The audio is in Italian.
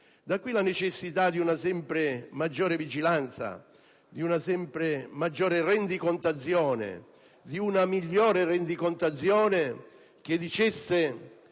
Di qui la necessità di una sempre maggiore vigilanza, di una sempre maggiore rendicontazione, di una migliore rendicontazione che riferisse